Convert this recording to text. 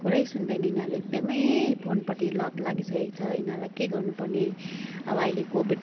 कुरै सुन्दैन यिनीहरूले एकदमै फोनपट्टि लत लागिसकेको छ यिनीहरूलाई के गर्नुपर्ने अब अहिले कोविड